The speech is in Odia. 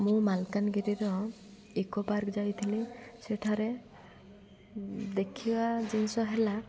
ମୁଁ ମାଲକାନଗିରିର ଇକୋ ପାର୍କ ଯାଇଥିଲି ସେଠାରେ ଦେଖିବା ଜିନିଷ ହେଲା